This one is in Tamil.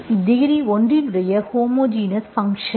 டிகிரி ஒன்றின் ஹோமோஜினஸ் ஃபங்க்ஷன்